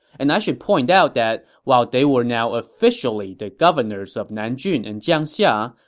and i should point out that while they were now officially the governors of nanjun and jiangxia,